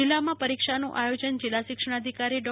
જિલ્લામાં પરીક્ષાનું આયોજન જિલ્લા શિક્ષણાધિકારી ડો